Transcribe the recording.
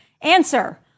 Answer